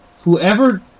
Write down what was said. whoever